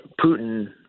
Putin